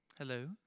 Hello